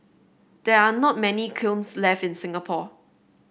there are not many kilns left in Singapore